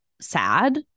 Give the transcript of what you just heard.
sad